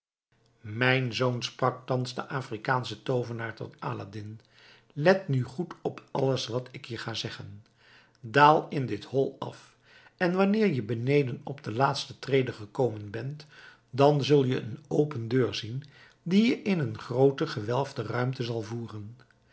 mijn zoon sprak thans de afrikaansche toovenaar tot aladdin let nu goed op alles wat ik je ga zeggen daal in dit hol af en wanneer je beneden op de laatste trede gekomen bent dan zul je een open deur zien die je in een groote gewelfde ruimte zal voeren